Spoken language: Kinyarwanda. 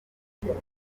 ahitwa